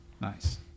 Nice